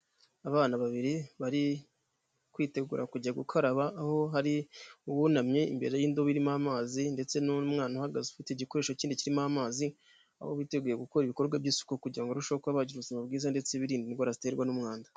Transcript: Abana babiri bari kwitegura kujya gukaraba aho hari uwunamye imbere y'indobo irimo amazi ndetse n'umwana uhagaze ufite igikoresho kindi kirimo amazi aho biteguye gukora ibikorwa by'isuku kugira ngo barusheho kuba bagira ubuzima bwiza ndetse birinde indwara ziterwa n'umwanda.